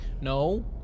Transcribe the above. No